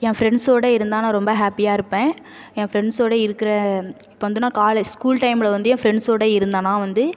என் ஃப்ரெண்ட்ஸோட இருந்தால் நான் ரொம்ப ஹாப்பியாக இருப்பேன் என் ஃப்ரெண்ட்ஸோட இருக்கிற இப்போ வந்து நான் காலேஜ் ஸ்கூல் டைம்ல வந்து என் ஃப்ரெண்ட்ஸோட இருந்ததுனா வந்து